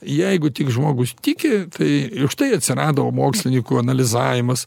jeigu tik žmogus tiki tai štai atsirado mokslininkų analizavimas